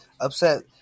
upset